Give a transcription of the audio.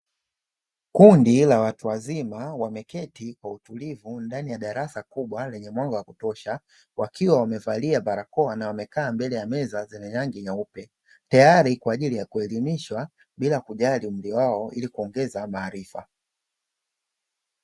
Kundi la watu wazima wameketi kwa utulivu ndani ya darasa kubwa lenye mwanga wa kutosha, wakiwa wamevalia barakoa na wamekaa kwenye meza zenye rangi nyeupe, tayari kwa ajili ya kuelimishwa bila kujali umri wao ili kuongeza maarifa.